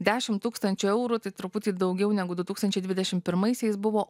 dešimt tūkstančių eurų tai truputį daugiau negu du tūkstančiai dvidešimt pirmaisiais buvo